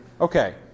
Okay